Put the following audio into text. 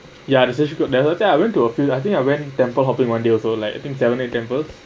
ya it's actually good and I think I went to a few I think I went temple hoping one day also like I think seven eight temples